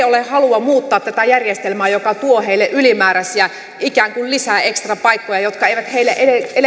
ole halua muuttaa tätä järjestelmää joka tuo heille ylimääräisiä ikään kuin lisäekstrapaikkoja jotka eivät heille